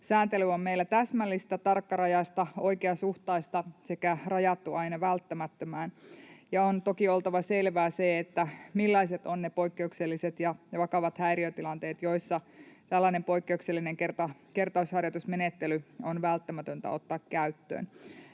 sääntely on meillä täsmällistä, tarkkarajaista, oikeasuhtaista sekä rajattu aina välttämättömään, ja on toki oltava selvää sen, millaiset ovat ne poikkeukselliset ja ne vakavat häiriötilanteet, joissa tällainen poikkeuksellinen kertausharjoitusmenettely on välttämätöntä ottaa käyttöön.